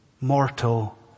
mortal